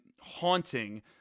haunting